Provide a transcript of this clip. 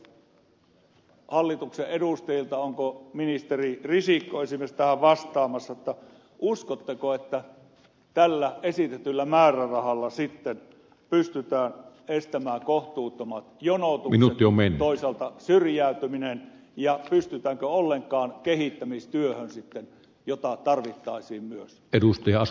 nyt kysynkin hallituksen edustajilta onko ministeri risikko esimerkiksi tähän vastaamassa uskotteko että tällä esitetyllä määrärahalla sitten pystytään estämään kohtuuttomat jonotukset ja toisaalta syrjäytyminen ja pystytäänkö ollenkaan kehittämistyöhön jota tarvittaisiin myös